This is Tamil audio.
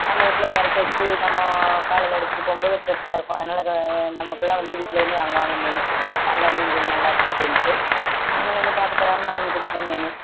நம்ம வீட்டில் இறக்கி வெச்சு நம்ம காலையில் எடுத்துகிட்டு போகும்போது ஃப்ரெஸ்ஸாக இருக்கும் அதனால் நம்ம ஃபுல்லாக வந்து வீட்டில் வந்து வாங்குவாங்க மீன் அங்கே மீன் கொஞ்சம் நல்லாயிருக்கு அப்படின்டு நானும் கொஞ்சம் பார்த்துபராம நானும் கொடுப்பேன் மீன்